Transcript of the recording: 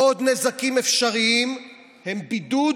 עוד נזקים אפשריים הם בידוד